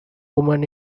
woman